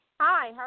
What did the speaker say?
Hi